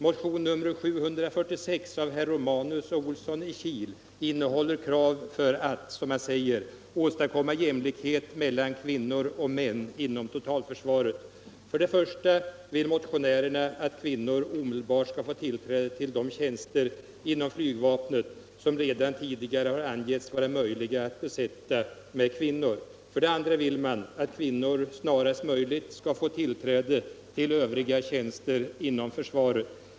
Motionen 746 av herrar Romanus och Olsson i Kil innehåller krav för att, som man säger, åstadkomma en jämlikhet mellan kvinnor och män inom totalförsvaret. För det första vill motionärerna att kvinnor omedelbart skall få tillträde till de tjänster inom flygvapnet som redan tidigare har angivits vara möjliga att besätta med kvinnor. För det andra vill man att kvinnor snarast möjligt skall få tillträde till övriga tjänster inom försvaret.